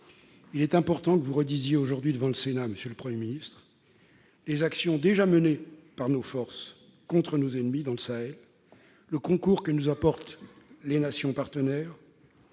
il est important que vous redisiez, aujourd'hui, devant le Sénat, les actions déjà menées par nos forces contre nos ennemis, dans le Sahel, le concours que nous apportent les nations partenaires